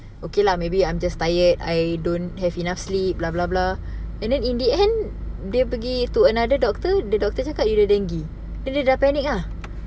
okay lah maybe I'm just tired I don't have enough sleep blah blah blah and then in the end dia pergi to another doctor the doctor cakap dengue then dia dah panic lah